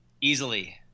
easily